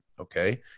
okay